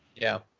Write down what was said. yeah,